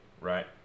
right